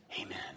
amen